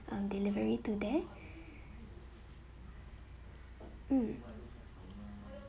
um delivery today mm